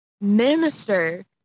minister